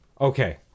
okay